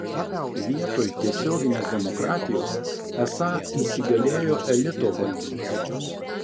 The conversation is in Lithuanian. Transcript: vietoj tiesioginės demokratijos esą įsigalėjo elito valdymas